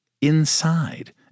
inside